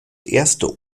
erste